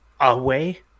away